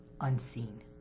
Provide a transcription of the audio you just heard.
unseen